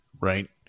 right